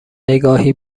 نگاهی